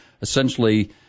essentially